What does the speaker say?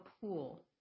pool